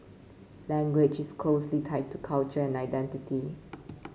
language is closely tied to culture and identity